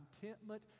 contentment